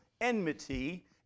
enmity